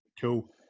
Cool